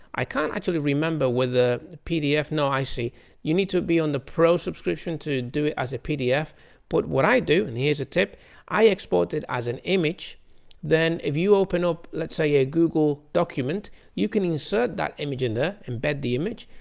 i can't actually remember with the pdf, no i see you need to be on the pro subscription to do it as a pdf but what i do and here's a tip i export it as an image then if you open up let's say a google document you can insert that image in there, embed the image,